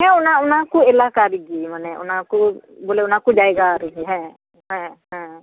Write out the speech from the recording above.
ᱦᱮᱸ ᱚᱱᱟ ᱚᱱᱟᱠᱚ ᱮᱞᱟᱠᱟ ᱨᱮᱜᱮ ᱢᱟᱱᱮ ᱚᱱᱟ ᱠᱚ ᱵᱚᱞᱮ ᱚᱱᱟ ᱠᱚ ᱡᱟᱭᱜᱟ ᱨᱮᱜᱮ ᱦᱮᱸ ᱦᱮᱸ ᱦᱮᱸ